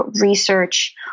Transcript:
research